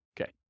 Okay